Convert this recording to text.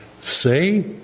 say